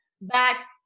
back